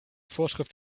vorschrift